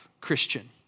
Christian